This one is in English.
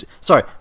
Sorry